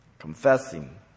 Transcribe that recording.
confessing